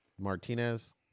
Martinez